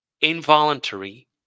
involuntary